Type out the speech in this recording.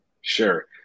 Sure